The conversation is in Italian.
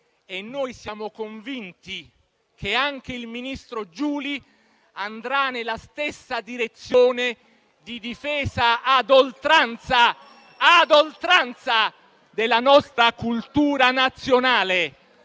Siamo convinti che anche il ministro Giuli andrà nella stessa direzione di difesa ad oltranza della nostra cultura nazionale,